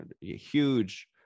huge